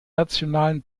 nationalen